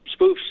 spoofs